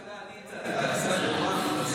רק שתדע, אני הצעתי את ההצעה.